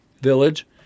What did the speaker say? village